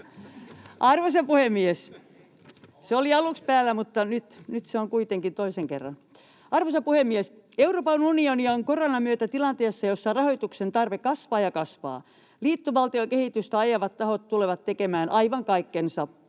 Arvoisa puhemies! Euroopan unioni on koronan myötä tilanteessa, jossa rahoituksen tarve kasvaa ja kasvaa. Liittovaltiokehitystä ajavat tahot tulevat tekemään aivan kaikkensa, jotta